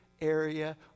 area